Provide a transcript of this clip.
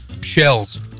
Shells